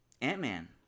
ant-man